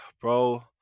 bro